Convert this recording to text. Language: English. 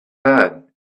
bad